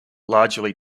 largely